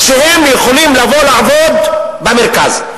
כך שהם יוכלו לבוא ולעבוד במרכז.